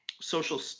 social